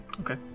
Okay